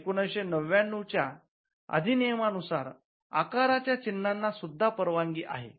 १९९९ च्या अधिनियमानुसार आकाराच्या चिन्हांना सुद्धा परवानगी आहे